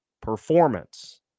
performance